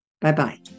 Bye-bye